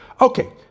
Okay